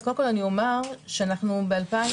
קודם כל אני אומר שאנחנו ב-2019,